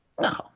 No